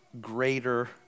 greater